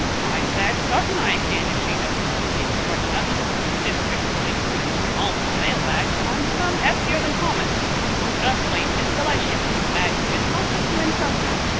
i said, sartin i kin, if she don't mind being scrunched up some. this rig of mine's kinder small for the mail bags and i'm some heftier than thomas just wait, miss, till i shift these bags a bit and i'll tuck you in somehow.